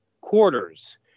quarters